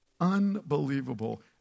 Unbelievable